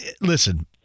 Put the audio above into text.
Listen